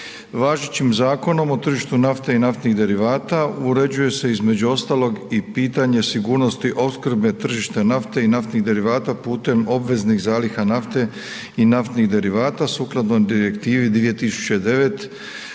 Važećim zakonom o tržištu nafte i naftnih derivata uređuje se između ostalog i pitanje sigurnosti opskrbe tržišta nafte i naftnih derivata putem obveznih zaliha nafte i naftnih derivata sukladno Direktivi 2009/19